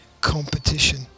Competition